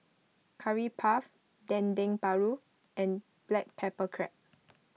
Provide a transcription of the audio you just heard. Curry Puff Dendeng Paru and Black Pepper Crab